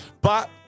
But-